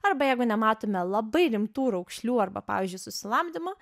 arba jeigu nematome labai rimtų raukšlių arba pavyzdžiui susilamdymo